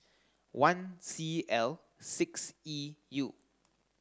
one C L six E U